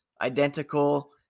identical